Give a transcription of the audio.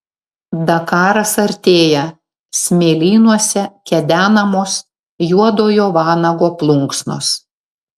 dakaras artėja smėlynuose kedenamos juodojo vanago plunksnos